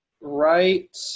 right